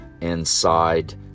inside